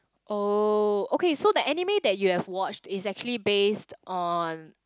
oh okay so that anime that you have watched is actually based on